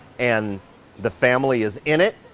and the family is in it,